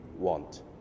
Want